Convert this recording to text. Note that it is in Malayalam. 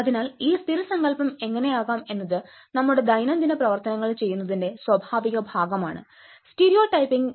അതിനാൽ ഈ സ്ഥിരസങ്കൽപം എങ്ങനെ ആകാം എന്നത് നമ്മുടെ ദൈനംദിന പ്രവർത്തനങ്ങളിൽ ചെയ്യുന്നതിന്റെ സ്വാഭാവിക ഭാഗമാണ് സ്റ്റീരിയോടൈപ്പിംഗ്